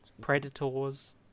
Predators